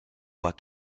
voix